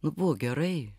nu buvo gerai